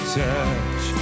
touch